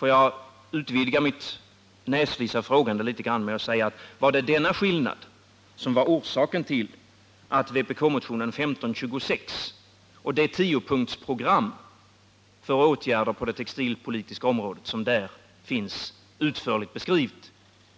Låt mig utvidga mitt näsvisa frågande litet grand med att säga: Var det denna skillnad som var orsaken till att vpk-motionen 1526 och det tiopunktsprogram för åtgärder på det textilpolitiska området som där finns utförligt beskrivet